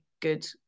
good